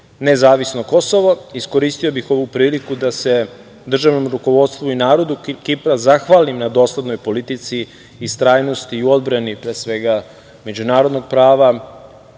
nezavisno Kosovo, iskoristio bih ovu priliku da se državnom rukovodstvu i narodu Kipar zahvalim na doslednoj politici, istrajnosti i u odbrani pre svega međunarodnog prava